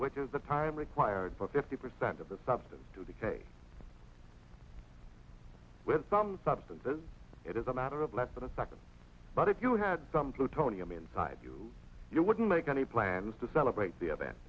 which is the time required for fifty percent of the substance to the case with some substances it is a matter of less but a second but if you had some plutonium inside you you wouldn't make any plans to celebrate the event